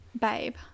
babe